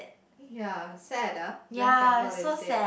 ya sad ah Glen-Campbell is dead